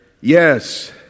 yes